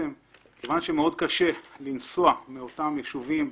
כיון שמאוד קשה לנסוע מאותם יישובים.